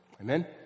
Amen